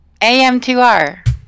AM2R